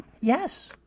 yes